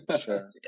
Sure